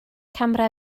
camera